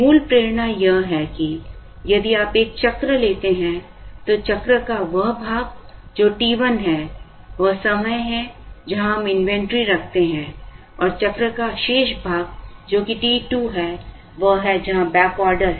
मूल प्रेरणा यह है कि यदि आप एक चक्र लेते हैं तो चक्र का वह भाग जो t 1 है वह समय है जहां हम इन्वेंट्री रखते हैं और चक्र का शेष भाग जो कि t 2 है वह है जहां बैकऑर्डर है